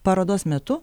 parodos metu